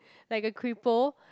like a cripple